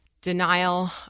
denial